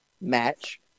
match